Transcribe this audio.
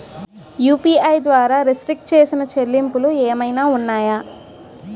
UPI ద్వారా restrict చేసిన చెల్లింపులు ఏమైనా ఉన్నాయా?